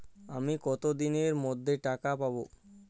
আমি কতদিনের মধ্যে টাকা পাবো?